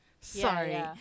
Sorry